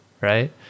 right